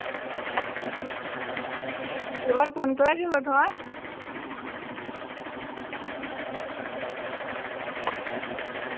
এবার কোন ক্লাস হলো তোমার